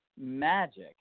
magic